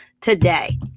today